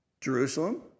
Jerusalem